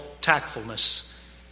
tactfulness